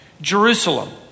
Jerusalem